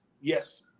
Yes